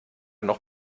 noch